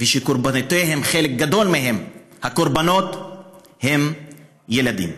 שקורבנותיהם, חלק גדול מהם, הם ילדים.